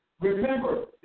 Remember